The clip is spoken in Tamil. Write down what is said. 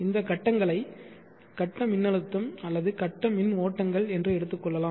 இந்த கட்டங்களை கட்ட மின்னழுத்தம் அல்லது கட்ட மின்ஓட்டங்கள் என்று எடுத்துக்கொள்ளலாம்